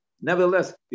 Nevertheless